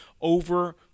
over